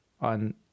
on